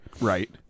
Right